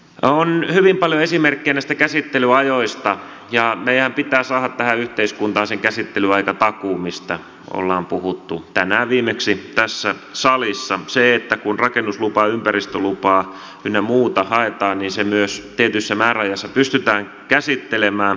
on hyvin paljon esimerkkejä näistä käsittelyajoista ja meidän pitää saada tähän yhteiskuntaan se käsittelyaikatakuu mistä ollaan puhuttu tänään viimeksi tässä salissa se että kun rakennuslupaa ympäristölupaa ynnä muuta haetaan niin se myös tietyssä määräajassa pystytään käsittelemään